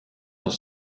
dans